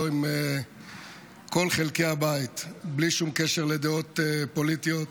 עם כל חלקי הבית בלי שום קשר לדעות פוליטיות,